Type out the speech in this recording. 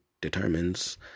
determines